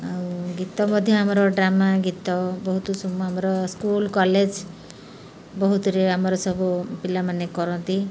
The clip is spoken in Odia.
ଆଉ ଗୀତ ମଧ୍ୟ ଆମର ଡ୍ରାମା ଗୀତ ବହୁତ ଆମର ସ୍କୁଲ୍ କଲେଜ୍ ବହୁତରେ ଆମର ସବୁ ପିଲାମାନେ କରନ୍ତି